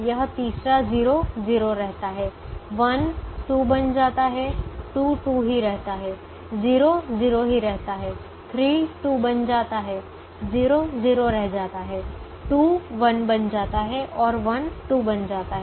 यह तीसरा 0 0 रहता है 1 2 बन जाता है 2 2 ही रहता है 0 0 ही रहता है 3 2 बन जाता है 0 0 रह जाता है 2 1 बन जाता है और 1 2 बन जाता है